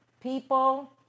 People